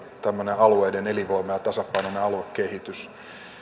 tämmöinen alueiden elinvoima ja tasapainoinen aluekehitys tällä on